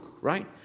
right